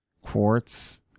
quartz